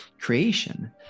Creation